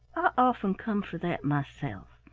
often come for that myself.